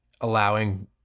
allowing